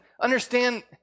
understand